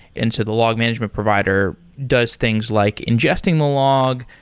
and so the log management provider does things like ingesting the log,